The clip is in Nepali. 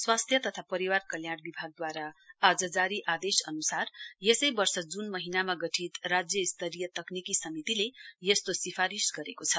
स्वास्थ्य तथा परिवार कल्याण विभागद्वारा आज जारी आदेश अन्सार यसै वर्ष जून महीनामा गठित राज्य स्तरीय तकनिकी समितिले यस्तो सिफारिश गरेको छ